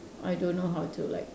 I don't know how to like